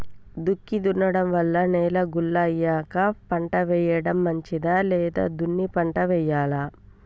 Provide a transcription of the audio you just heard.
దుక్కి దున్నడం వల్ల నేల గుల్ల అయ్యాక పంట వేయడం మంచిదా లేదా దున్ని పంట వెయ్యాలా?